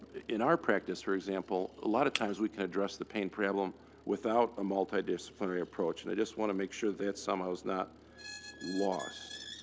in our practice, for example, a lot of times, we can address the pain problem without a multidisciplinary approach. and i just want to make sure that, somehow, is not lost.